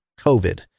COVID